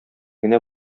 генә